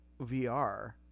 VR